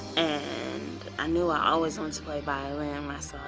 and i knew i always want to play violin, um i